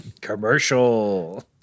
Commercial